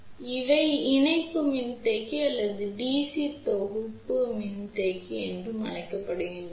எனவே இவை இணைப்பு மின்தேக்கி அல்லது டிசி தொகுதி மின்தேக்கி என்றும் அழைக்கப்படுகின்றன